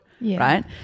right